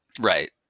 Right